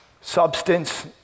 substance